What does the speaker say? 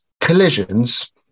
Collisions